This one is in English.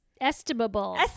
Estimable